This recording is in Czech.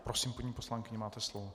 Prosím, paní poslankyně, máte slovo.